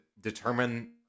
determine